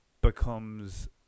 becomes